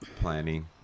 Planning